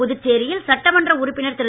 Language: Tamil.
புதுச்சேரியில் சட்டமன்ற உறுப்பினர் திரு